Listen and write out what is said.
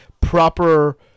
proper